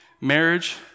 marriage